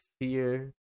fear